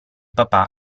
papà